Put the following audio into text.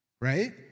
Right